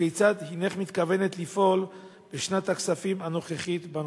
וכיצד הינך מתכוונת לפעול בשנת הכספים הנוכחית בנושא?